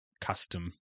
custom